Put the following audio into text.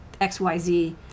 XYZ